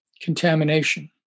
contamination